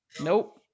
Nope